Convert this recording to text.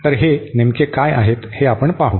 तर हे नेमके काय आहेत हे आपण पाहू